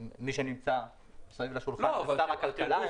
מי שנמצא מסביב לשולחן זה שר הכלכלה.